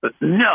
No